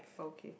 okay